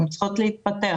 הן צריכות להתפתח.